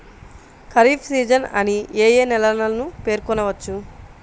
Kharif season అని ఏ ఏ నెలలను పేర్కొనవచ్చు?